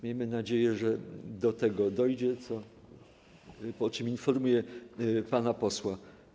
Miejmy nadzieję, że do tego dojdzie, o czym informuję pana posła.